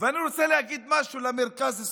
אני רוצה להגיד משהו למרכז-שמאל.